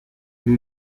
nous